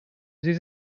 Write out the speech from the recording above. sie